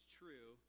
true